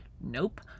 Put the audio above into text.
nope